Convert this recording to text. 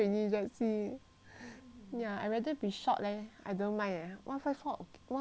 ya I rather be short leh I don't mind eh one five four one five three okay lah one five four